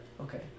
Okay